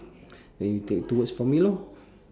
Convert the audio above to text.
then you take two words for me lor